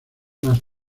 más